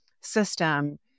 system